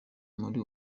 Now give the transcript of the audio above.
muri